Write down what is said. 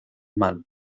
mal